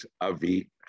avi